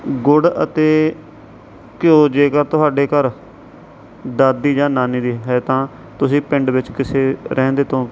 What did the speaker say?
ਗੁੜ ਅਤੇ ਘਿਓ ਜੇਕਰ ਤੁਹਾਡੇ ਘਰ ਦਾਦੀ ਜਾਂ ਨਾਨੀ ਦੀ ਹੈ ਤਾਂ ਤੁਸੀਂ ਪਿੰਡ ਵਿੱਚ ਕਿਸੇ ਰਹਿੰਦੇ ਤੋਂ